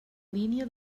línia